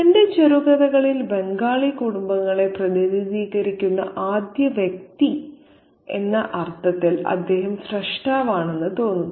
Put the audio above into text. തന്റെ ചെറുകഥകളിൽ ബംഗാളി കുടുംബങ്ങളെ പ്രതിനിധീകരിക്കുന്ന ആദ്യ വ്യക്തി എന്ന അർത്ഥത്തിൽ അദ്ദേഹം സ്രഷ്ടാവ് ആണെന്ന് തോന്നുന്നു